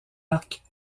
arc